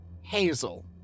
Hazel